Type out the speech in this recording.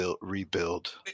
rebuild